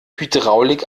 hydraulik